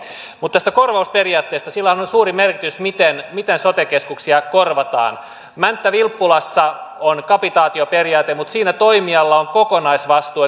mutta tästä korvausperiaatteesta sillä on suuri merkitys miten sote keskuksia korvataan mänttä vilppulassa on kapitaatioperiaate mutta siinä toimijalla on kokonaisvastuu